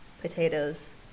potatoes